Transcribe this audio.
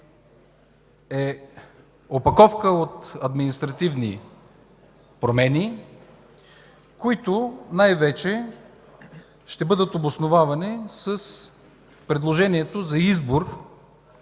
е опаковка от административни промени, които най-вече ще бъдат обосновавани с предложението за избор